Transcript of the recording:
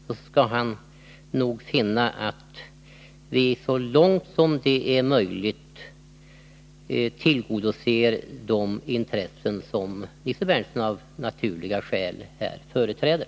Då skall han nog finna att vi så långt det är möjligt tillgodoser de intressen som han av naturliga skäl här företräder.